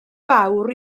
fawr